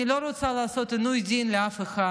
אני לא רוצה לעשות עינוי דין לאף אחד.